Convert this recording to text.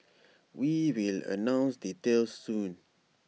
we will announce details soon